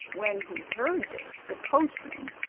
when he heard this the coachman,